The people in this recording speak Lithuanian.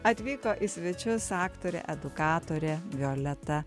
atvyko į svečius aktorė edukatorė violeta